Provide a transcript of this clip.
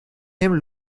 him